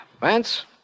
Vance